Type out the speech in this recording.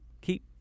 keep